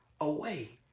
away